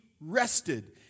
rested